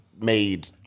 made